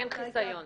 אין חיסיון.